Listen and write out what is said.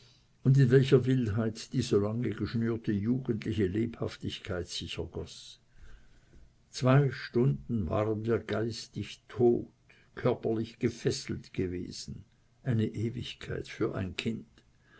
und in welcher wildheit die so lang geschnürte jugendliche lebhaftigkeit sich ergoß zwei stunden waren wir geistig tot körperlich gefesselt gewesen eine ewigkeit für ein kind